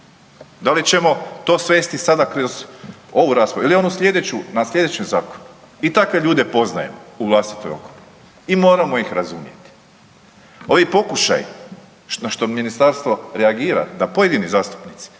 Da li ćemo to svesti to sada kroz ovu raspravu ili onu slijedeću na slijedećem zakonu i takve ljude poznajem u vlastitoj okolini i moramo ih razumjeti. Ovi pokušaji na što ministarstvo reagira da pojedini zastupnici